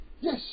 Yes